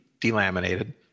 delaminated